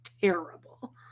terrible